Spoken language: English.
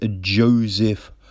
Joseph